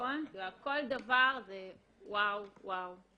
כל דבר זה וואו, וואו.